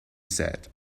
said